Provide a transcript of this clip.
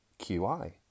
QI